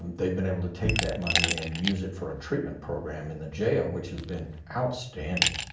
they've been able to take that money and use it for a treatment program in the jail, which has been outstanding.